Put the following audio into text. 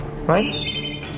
right